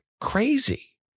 crazy